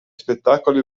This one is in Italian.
spettacoli